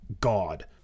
god